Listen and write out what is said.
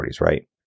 right